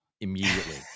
immediately